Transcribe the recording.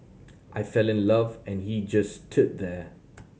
I fell in love and he just stood there